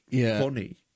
funny